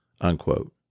unquote